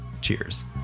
Cheers